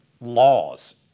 laws